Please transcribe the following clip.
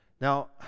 Now